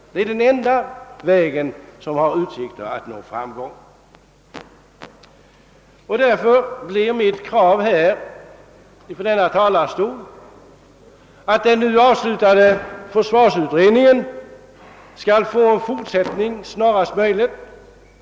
Detta är den enda väg på vilken man har utsikter att nå framgång. Därför blir mitt krav från denna talarstol att den nu avslutade försvarsutredningen snarast möjligt skall fortsätta sitt arbete.